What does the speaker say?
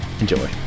Enjoy